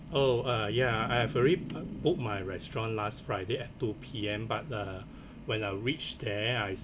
oh ah yeah I have already booked my restaurant last friday at two P_M but uh when I reached there I